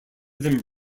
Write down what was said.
than